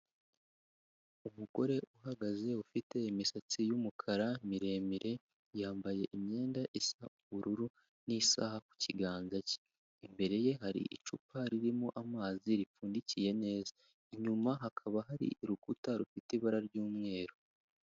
Umugore uhagaze ufite imisatsi y'umukara miremire yambaye imyenda isa ubururu n'isaha ku kiganza cye, imbere ye hari icupa ririmo amazi ripfundikiye neza, inyuma hakaba hari urukuta rufite ibara ry'umweru.